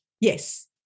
Yes